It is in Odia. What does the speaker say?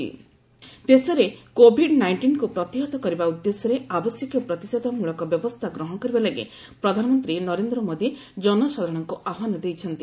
ପିଏମ୍ କୋଭିଡ ନାଇଣ୍ଟିନ୍ ଦେଶରେ କୋଭିଡ ନାଇଷ୍ଟିନ୍କୁ ପ୍ରତିହତ କରିବା ଉଦ୍ଦେଶ୍ୟରେ ଆବଶ୍ୟକୀୟ ପ୍ରତିଶେଧମୂଳକ ବ୍ୟବସ୍ଥା ଗ୍ରହଣ କରିବା ଲାଗି ପ୍ରଧାନମନ୍ତ୍ରୀ ନରେନ୍ଦ୍ର ମୋଦି ଜନସାଧାରଣଙ୍କୁ ଆହ୍ୱାନ ଦେଇଛନ୍ତି